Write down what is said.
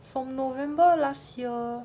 from november last year